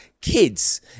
kids